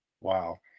Wow